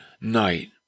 night